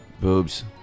boobs